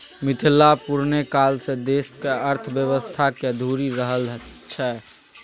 मिथिला पुरने काल सँ देशक अर्थव्यवस्थाक धूरी रहल छै